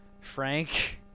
Frank